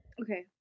okay